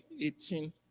18